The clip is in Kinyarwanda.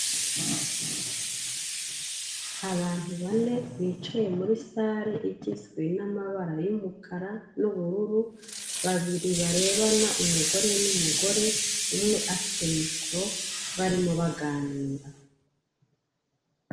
Abantu bane bicaye muri sale igizwe n'amabara y'umukara n'ubururu, babiri barebana umugore n'umugore umwe afite mikoro barimo baganira.